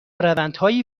روندهایی